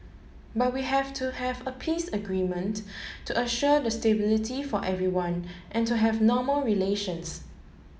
but we have to have a peace agreement to assure the stability for everyone and to have normal relations